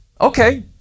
Okay